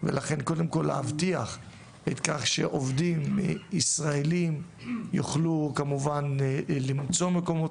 ולכן קודם כל להבטיח את כך שעובדים ישראליים יוכלו כמובן במצוא מקומות